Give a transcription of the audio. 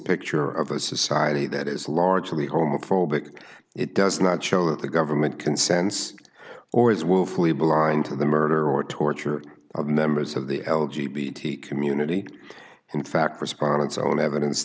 picture of a society that is largely homophobic it does not show that the government can sense or is willfully blind to the murder or torture of members of the l g bt community and in fact respondents own evidence